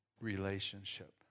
relationship